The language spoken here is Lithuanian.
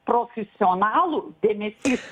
profesionalų dėmesys